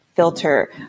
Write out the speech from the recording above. filter